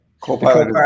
Copilot